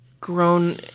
grown